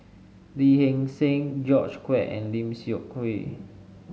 Lee Hee Seng George Quek and Lim Seok Hui